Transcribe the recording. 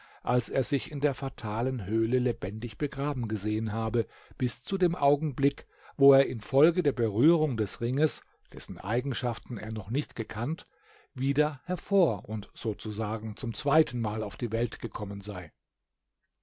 als er sich in der fatalen höhle lebendig begraben gesehen habe bis zu dem augenblick wo er infolge der berührung des ringes dessen eigenschaften er noch nicht gekannt wieder hervor und sozusagen zum zweitenmal auf die welt gekommen sei